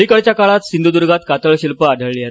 अलीकडच्या काळात सिंधूदर्गात कातळशिल्प आढळली आहेत